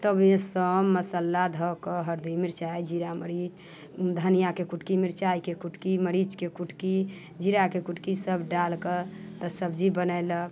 तब सभ मसाला धऽ कऽ हरदि मिरचाइ जीरा मरीच धनियाँके कुटकी मिरचाइके कुटकी मरीचके कुटकी जीराके कुटकी सभ डालि कऽ तऽ सब्जी बनयलक